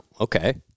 okay